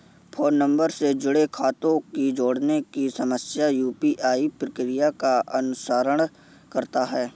phone number से जुड़े खातों को जोड़ने की सामान्य यू.पी.आई प्रक्रिया का अनुसरण करता है